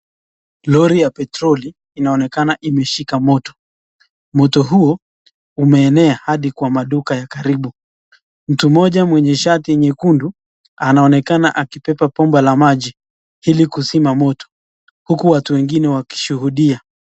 Lori ya petroli inaonekana inaonekana imeshika moto, moto huo umeenea hadi kwa maduka ya karibu mtu moja mwenye shati nyekundu anaonekana akibeba bomba la maji ili kuzima moto huku watu wengine wakishuhudia.